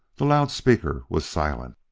the loudspeaker was silent.